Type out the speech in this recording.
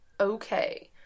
okay